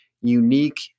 unique